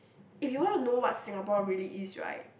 if you wanna know what Singapore really is right